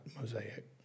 Mosaic